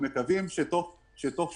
מה היעד שלכם, או שאתם אומרים "אין בעיה